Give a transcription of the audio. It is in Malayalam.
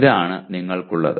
ഇതാണ് നിങ്ങൾക്കുള്ളത്